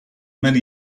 many